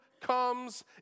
comes